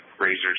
razors